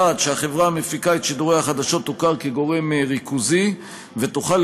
1. שהחברה המפיקה את שידורי החדשות תוכר כגורם ריכוזי ותוכל,